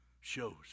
shows